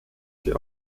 sie